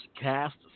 cast